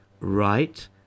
right